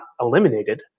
eliminated